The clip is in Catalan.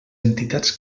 entitats